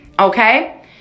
okay